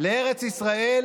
לארץ ישראל